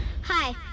hi